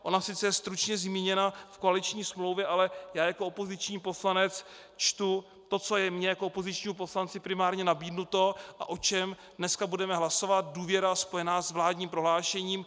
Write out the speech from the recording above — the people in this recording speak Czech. Ona sice je stručně zmíněna v koaliční smlouvě, ale já jako opoziční poslanec čtu to, co je mně jako opozičnímu poslanci primárně nabídnuto a o čem dneska budeme hlasovat důvěra spojená s vládním prohlášením.